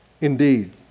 Indeed